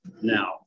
now